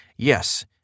Yes